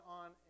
on